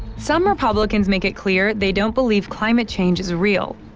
some republicans make it clear they don't believe climate change is real.